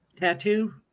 tattoo